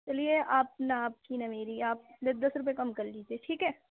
چلیے آپ نا آپ كی نا میری آپ دس دس روپے کم کرلیجیے ٹھیک ہے